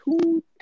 two